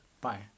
Bye